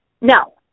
No